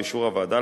באישור הוועדה,